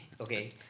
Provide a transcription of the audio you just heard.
Okay